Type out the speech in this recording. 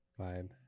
vibe